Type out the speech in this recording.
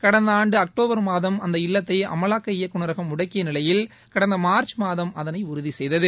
கடந்த ஆண்டு அக்டோபர் மாதம் அந்த இல்லத்தை அமலாக்க இயக்குநரகம் முடக்கிய நிலையில் கடந்த மார்ச் மாதம் அதனை உறுதி செய்தது